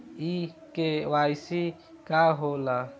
इ के.वाइ.सी का हो ला?